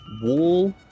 wall